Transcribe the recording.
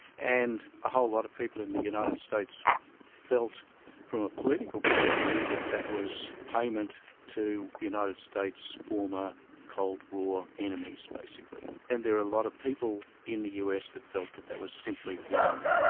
and a whole lot of people in the united states felt from a political point of view that that was payment to the united states former cold war enemies basically. and there are a lot of people in the us that felt that that was simply wrong,